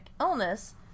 illness